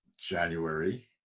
January